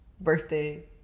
birthday